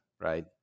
Right